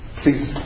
please